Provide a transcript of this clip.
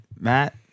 Matt